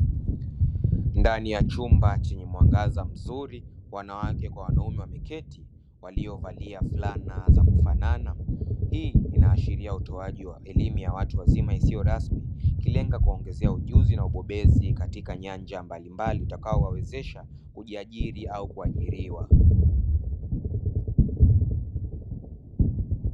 Ndani ya chumba chenye mwangaza mzuri, wanawake kwa wanaume wameketi waliovalia fulana za kufanana. Hii inaashiria utoaji wa elimu ya watu wazima isiyo rasmi ikilenga kuwaongezea ujuzi na ubobezi katika nyanja mbalimbali utakaowawezesha kujiajiri au kuajiriwa.